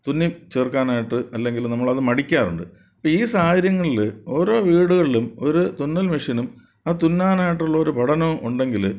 തുന്നിച്ചേർക്കാനായിട്ട് അല്ലെങ്കിൽ നമ്മളത് മടിക്കാറുണ്ട് അപ്പോൾ ഈ സാഹചര്യങ്ങളിൽ ഓരോ വീടുകളിലും ഒരു തുന്നൽ മിഷനും അതു തുന്നാനായിട്ടുള്ളൊരു പഠനവും ഉണ്ടെങ്കിൽ